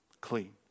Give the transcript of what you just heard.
clean